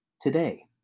today